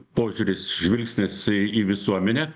požiūris žvilgsnis į į visuomenę